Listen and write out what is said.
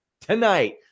tonight